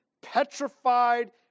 petrified